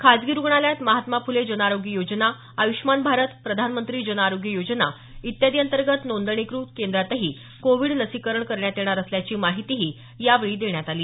खासगी रुग्णालयात महात्मा फुले जनआरोग्य योजना आयुष्मान भारत प्रधानमंत्री जनआरोग्य योजना इत्यादी अंतर्गत नोंदणीकृत केंद्रातही कोविड लसीकरण करण्यात येणार असल्याची माहितीही यावेळी देण्यात आली